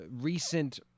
recent